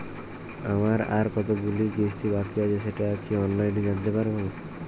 আমার আর কতগুলি কিস্তি বাকী আছে সেটা কি অনলাইনে জানতে পারব?